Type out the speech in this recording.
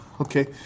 Okay